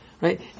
right